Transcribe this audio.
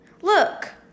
Look